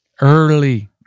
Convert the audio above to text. early